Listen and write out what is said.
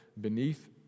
beneath